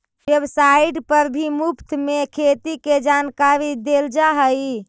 website पर भी मुफ्त में खेती के जानकारी देल जा हई